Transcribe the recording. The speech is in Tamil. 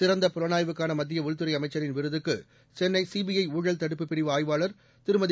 சிறந்த புலனாய்வுக்கான மத்திய உள்துறை அமைச்சரின் விருதுக்கு சென்னை சிபிஐ ஊழல் தடுப்புப் பிரிவு ஆய்வாளர் திருமதி